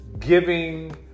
Giving